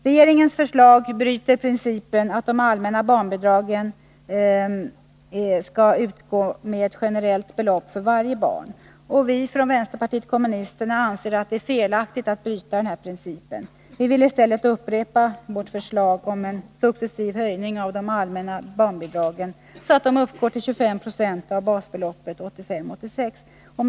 Regeringens förslag bryter principen att de allmänna barnbidragen skall utgå med ett generellt belopp för varje barn. Vi från vänsterpartiet kommunisterna anser det vara felaktigt att bryta denna princip. Vi upprepar i stället vårt förslag om en successiv höjning av de allmänna barnbidragen, så att de 1985/86 uppgår till 25 96 av basbelop pet.